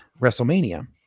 WrestleMania